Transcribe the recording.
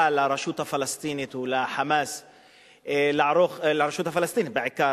לרשות הפלסטינית ול"חמאס" לרשות הפלסטינית בעיקר,